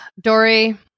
Dory